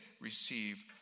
receive